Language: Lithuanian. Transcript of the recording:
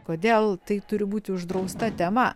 kodėl tai turi būti uždrausta tema